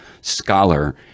scholar